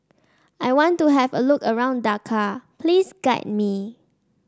I want to have a look around Dakar please guide me